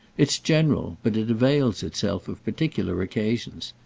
it's general, but it avails itself of particular occasions.